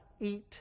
eat